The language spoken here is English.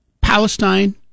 Palestine